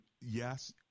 yes